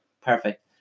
Perfect